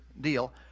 deal